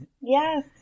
Yes